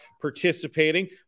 participating